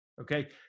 Okay